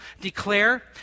declare